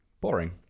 boring